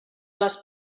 les